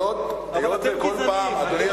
אבל אתם גזענים.